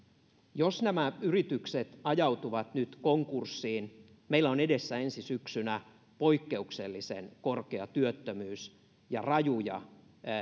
jos nämä yritykset ajautuvat nyt konkurssiin meillä on edessä ensi syksynä poikkeuksellisen korkea työttömyys ja rajuja